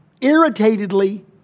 irritatedly